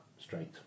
straight